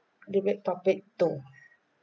debate topic two